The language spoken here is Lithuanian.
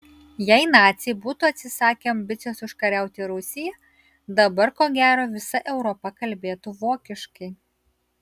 jei naciai būtų atsisakę ambicijos užkariauti rusiją dabar ko gero visa europa kalbėtų vokiškai